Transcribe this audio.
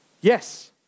yes